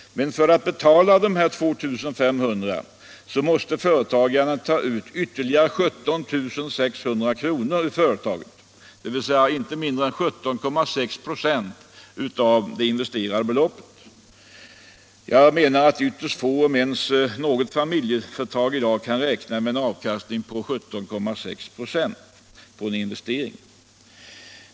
Men för att betala dessa 2 500 kr. måste företagaren ta ut ytterligare 17 600 kr. ur företaget, dvs. inte mindre än 17,6 26 av det investerade beloppet. Jag menar att ytterst få om ens något familjeföretag kan räkna med en avkastning på 17,6 26 på en investering.